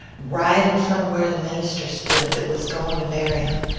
right in front of where the minister stood that was going to marry em,